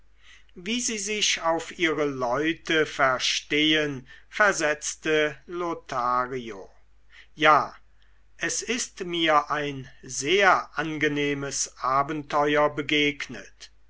wie sie sich auf ihre leute verstehen versetzte lothario ja es ist mir ein sehr angenehmes abenteuer begegnet